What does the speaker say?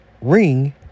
Ring